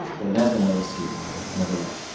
but it has been noticed here nevertheless.